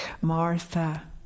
Martha